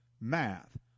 math